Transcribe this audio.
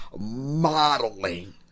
modeling